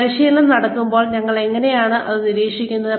പരിശീലനം നടക്കുമ്പോൾ ഞങ്ങൾ എങ്ങനെയാണ് അത് നിരീക്ഷിക്കുന്നത്